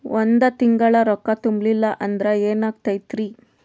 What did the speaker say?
ಒಂದ ತಿಂಗಳ ರೊಕ್ಕ ತುಂಬಿಲ್ಲ ಅಂದ್ರ ಎನಾಗತೈತ್ರಿ?